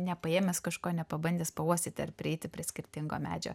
nepaėmęs kažko nepabandęs pauostyti ar prieiti prie skirtingo medžio